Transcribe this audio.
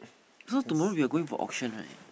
so tomorrow we are going for auction right